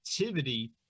activity